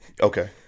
okay